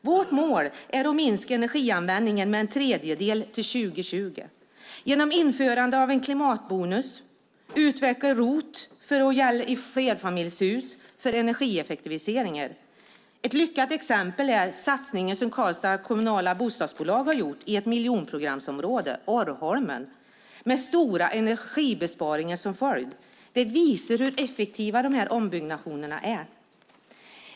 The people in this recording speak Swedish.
Vårt mål är att minska energianvändningen med en tredjedel till 2020 genom införande av en klimatbonus och genom att utveckla ROT till att gälla i flerfamiljshus för energieffektiviseringar. Ett lyckat exempel är den satsning som Karlstads kommunala bostadsbolag har gjort i ett miljonprogramsområde, Orrholmen, med stora energibesparingar som följd. Det visar hur effektiva ombyggnationerna är.